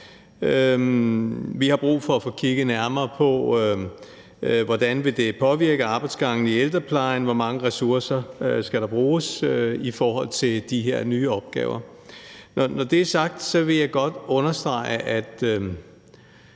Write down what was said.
Vi har brug for at få kigget nærmere på, hvordan det vil påvirke arbejdsgangene i ældreplejen, hvor mange ressourcer der skal bruges i forhold til de her nye opgaver. Når det er sagt, vil jeg godt understrege, at